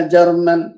German